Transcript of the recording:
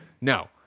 No